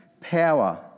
power